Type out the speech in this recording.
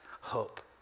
hope